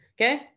Okay